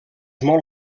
molt